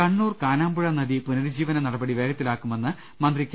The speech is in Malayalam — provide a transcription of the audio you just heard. കണ്ണൂർ കാനാമ്പുഴ നദി പുനരുജ്ജീവന നടപടി വേഗത്തിലാക്കു മെന്ന് മന്ത്രി കെ